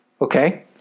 Okay